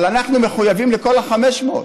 אבל אנחנו מחויבים לכל ה-500.